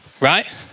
Right